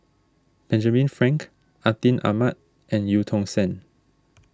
Benjamin Frank Atin Amat and Eu Tong Sen